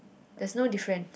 there's no difference